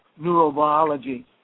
neurobiology